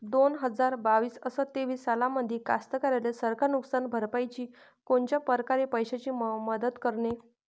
दोन हजार बावीस अस तेवीस सालामंदी कास्तकाराइले सरकार नुकसान भरपाईची कोनच्या परकारे पैशाची मदत करेन?